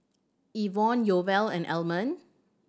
Ivonne Yoel and Almond